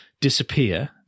disappear